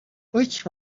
which